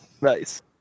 Nice